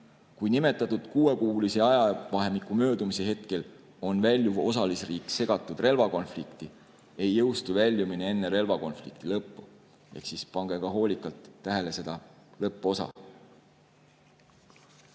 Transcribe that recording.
Kui nimetatud kuuekuulise ajavahemiku möödumise hetkel on väljuv osalisriik segatud relvakonflikti, ei jõustu väljumine enne relvakonflikti lõppu. Ehk siis pange hoolikalt tähele seda lõpuosa.